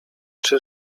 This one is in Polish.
czy